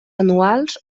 anuals